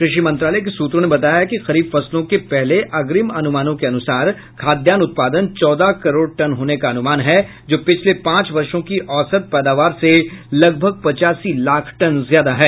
क़षि मंत्रालय के सूत्रों ने बताया है कि खरीफ फसलों के पहले अग्रिम अनुमानों के अनुसार खाद्यान्न उत्पादन चौदह करोड़ टन होने का अनुमान है जो पिछले पांच वर्षो की औसत पैदावार से लगभग पचासी लाख टन ज्यादा है